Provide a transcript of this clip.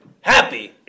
Happy